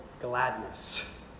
gladness